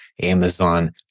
Amazon